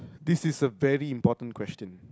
this is a very important question